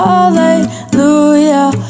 Hallelujah